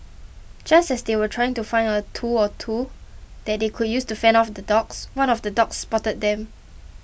just as they were trying to find a tool or two that they could use to fend off the dogs one of the dogs spotted them